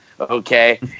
Okay